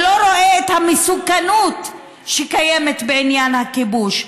ולא רואה את המסוכנות שקיימת בעניין הכיבוש.